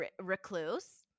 recluse